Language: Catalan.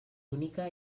única